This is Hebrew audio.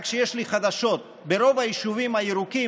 רק שיש לי חדשות: ברוב היישובים הירוקים,